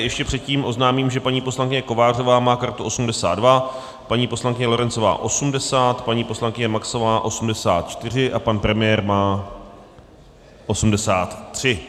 Ještě předtím oznámím, že paní poslankyně Kovářová má kartu 82, paní poslankyně Lorencová 80, paní poslankyně Maxová 84 a pan premiér má 83.